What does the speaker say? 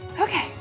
Okay